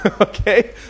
okay